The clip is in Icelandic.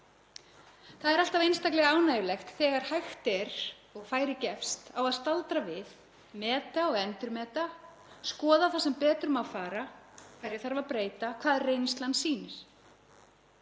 Það er alltaf einstaklega ánægjulegt þegar hægt er og færi gefst á að staldra við, meta og endurmeta, skoða það sem betur má fara, hverju þarf að breyta, hvað reynslan sýnir.